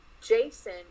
jason